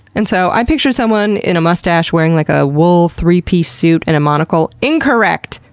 and so i pictured someone in a mustache, wearing like, a wool, three-piece suit and a monocle. incorrect!